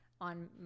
on